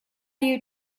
you